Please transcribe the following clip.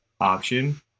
option